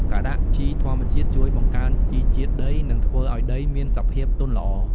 ការដាក់ជីធម្មជាតិជួយបង្កើនជីជាតិដី និងធ្វើឱ្យដីមានសភាពទន់ល្អ។